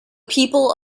people